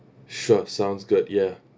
sure sounds good ya